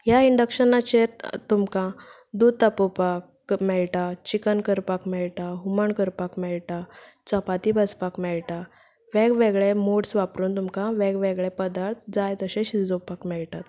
ह्या इंडक्शनाचेर तुमकां दूद तापोवपाक मेळटा चिकन करपाक मेळटा हुमण करपाक मेळटा चपाती बाजपाक मेळटा वेगवेगळे मोड्स वापरून तुमकां वेगवेगळे पदार्थ जाय तशे शिजोवपाक मेळटात